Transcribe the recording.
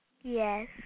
Yes